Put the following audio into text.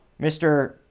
mr